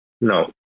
No